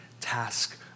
task